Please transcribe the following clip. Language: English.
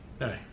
No